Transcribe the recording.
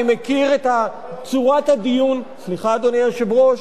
אני מכיר את צורת הדיון, סליחה, אדוני היושב-ראש,